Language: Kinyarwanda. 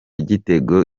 gitego